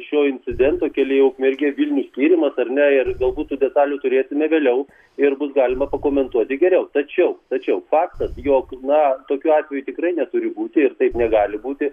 šio incidento kelyje ukmergė vilnius tyrimas ar ne ir galbūt tų detalių turėsime vėliau ir bus galima pakomentuoti geriau tačiau tačiau faktas jog na tokių atvejų tikrai neturi būti ir taip negali būti